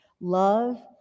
Love